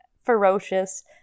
Ferocious